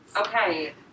Okay